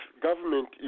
government